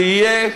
זה יהיה